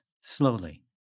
slowly